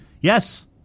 Yes